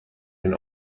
den